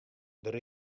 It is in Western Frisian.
der